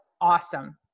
awesome